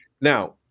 Now